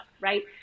Right